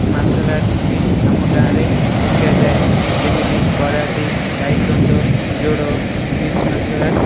ମାସଲ୍ୟାଟ୍ ବି ଆମ ଗାଁରେ ସିକାଯାଏ ଯେମିତି karate taekwondo judo mix martial art